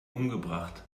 umgebracht